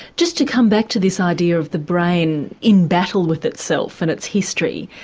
just to come back to this idea of the brain in battle with itself and its history.